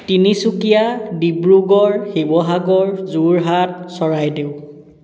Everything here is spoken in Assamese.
তিনিচুকীয়া ডিব্ৰুগড় শিৱসাগৰ যোৰহাট চৰাইদেউ